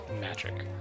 magic